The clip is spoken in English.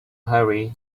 hurry